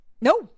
No